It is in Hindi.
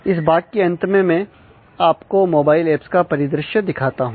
इस भाग के अंत में मैं आपको मोबाइल एप्स का परिदृश्य दिखाता हूं